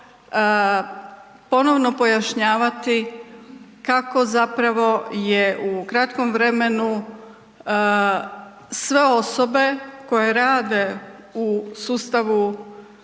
ponovno pojašnjavati kako zapravo je u kratkom vremenu sve osobe koje rade u sustavu,